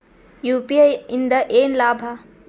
UPI ಇಂದ ಏನ್ ಲಾಭ?